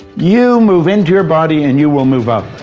you move into your body and you will move out